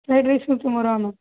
fried rice நூற்றம்பதுரூவா ma'am